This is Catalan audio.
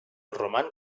roman